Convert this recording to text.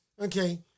Okay